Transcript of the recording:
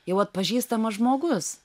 jau atpažįstamas žmogus